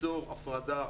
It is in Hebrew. ליצור הפרדה